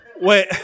Wait